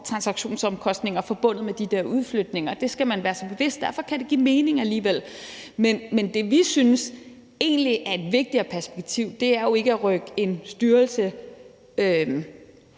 transaktionsomkostninger forbundet med de her udflytninger, og det skal man være sig bevidst. Derfor kan det alligevel give mening. Men det, vi egentlig synes er et vigtigere perspektiv, er ikke at rykke en eller